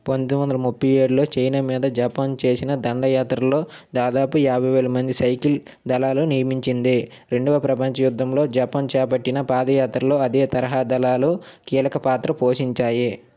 పంతొమ్మిదివందల ముప్పై ఏడులో చైనా మీద జపాన్ చేసిన దండయాత్రలో దాదాపు యాభై వేల మంది సైకిల్ దళాల నియమించింది రెండవ ప్రపంచ యుద్ధంలో జపాన్ చేపట్టిన పాదయాత్రలో అదే తరహా దళాలు కీలక పాత్ర పోషించాయి